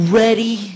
ready